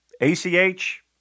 ACH